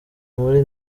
muri